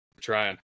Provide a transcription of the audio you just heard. Trying